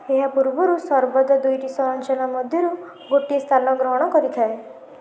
ଏହା ପୂର୍ବରୁ ସର୍ବଦା ଦୁଇଟି ସଂରଚନା ମଧ୍ୟରୁ ଗୋଟିଏ ସ୍ଥାନ ଗ୍ରହଣ କରିଥାଏ